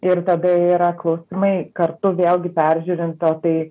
ir tada yra klausimai kartu vėlgi peržiūrint o tai